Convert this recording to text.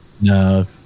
No